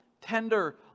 tender